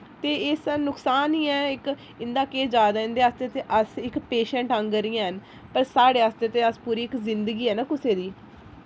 ते एह् सब नुक्सान ई ऐ इक इं'दा केह् जा दा इंदे आस्तै ते अस इक पेशेंट आंह्गर ई हैन पर साढ़े आस्तै ते अस इक पूरी जिंदगी ऐ ना कुसै दी